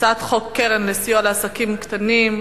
הצעת חוק קרן לסיוע לעסקים קטנים,